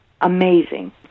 amazing